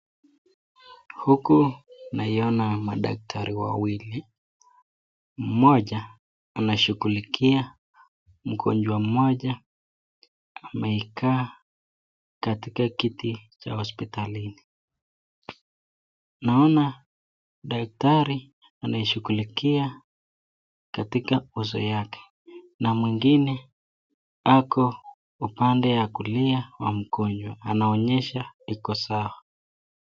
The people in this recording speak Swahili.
Huku naiona madaktari wawili. Moja anashugulikia mgonjwa moja amekaa katika kiti cha hospitalini, naona daktari anashugulikia katika uso yake. na mwengine ako upande ya kulia ya mgonjwa anaonyesha iko sawa.